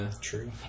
true